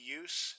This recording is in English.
use